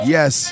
Yes